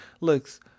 looks